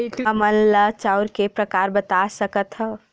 हमन ला चांउर के प्रकार बता सकत हव?